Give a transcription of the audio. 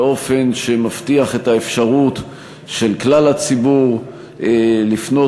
באופן שמבטיח את האפשרות של כלל הציבור לפנות